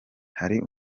hari